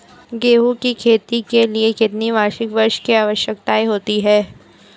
गेहूँ की खेती के लिए कितनी वार्षिक वर्षा की आवश्यकता होती है?